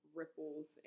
ripples